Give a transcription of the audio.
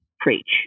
preach